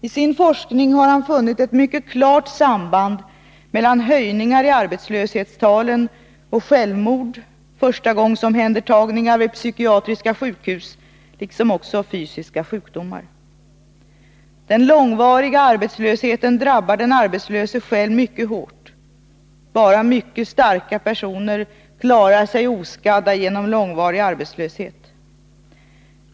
I sin forskning har han funnit ett mycket klart samband mellan höjningar i arbetslöshetstalen och självmord, förstagångsomhändertagningar vid psykiatriska sjukhus liksom också fysiska sjukdomar. Den långvariga arbetslösheten drabbar den arbetslöse själv mycket hårt. Bara mycket starka personer klarar sig oskadda genom en långvarig arbetslöshet.